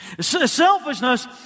Selfishness